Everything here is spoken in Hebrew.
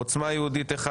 עוצמה יהודית אחד.